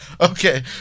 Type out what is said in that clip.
Okay